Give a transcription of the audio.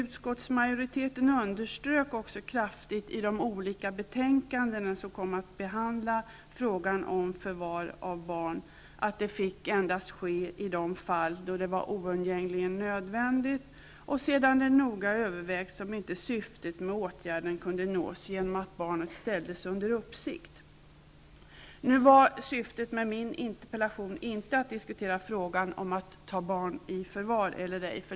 Utskottsmajoriteten underströk också kraftigt i de olika betänkandena där frågan om förvar av barn behandlades att detta fick ske endast i de fall då det var oundgängligen nödvändigt och sedan det noga övervägts om syftet med åtgärden inte kunde nås genom att barnet ställdes under uppsikt. Syftet med min interpellation var inte att jag ville diskutera frågan om att ta barn i förvar eller ej.